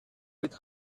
with